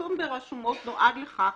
הפרסום ברשומות נועד לכל